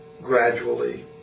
gradually